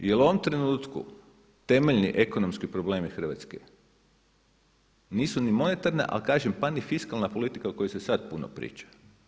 Jer u ovom trenutku temeljni ekonomski problemi Hrvatske nisu ni monetarna ali kažem pa ni fiskalna politika o kojoj se sada puno priča.